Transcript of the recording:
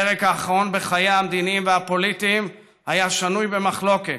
הפרק האחרון בחייה המדיניים והפוליטיים היה שנוי במחלוקת,